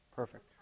Perfect